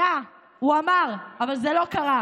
היה, הוא אמר, אבל זה לא קרה.